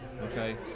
okay